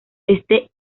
este